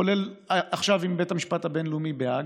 כולל עכשיו עם בית המשפט הבין-לאומי בהאג,